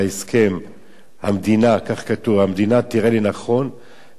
כך כתוב: המדינה תראה לנכון להחכיר את הקומה.